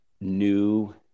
new